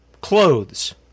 clothes